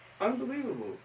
Unbelievable